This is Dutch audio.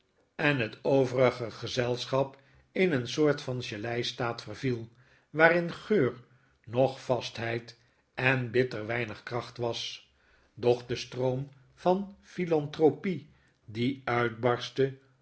en het overige gezelschap in een soort van gelei staat verviel waarin geur noch vastheid en bitter weinig kracht was doch de strpom van philanthropie die uitbarstte